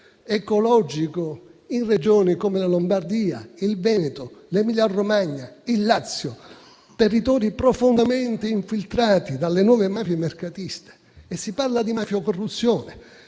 ecologico in Regioni come la Lombardia, il Veneto, l'Emilia-Romagna e il Lazio, territori profondamente infiltrati dalle nuove mafie mercatiste. E si parla di mafio-corruzione,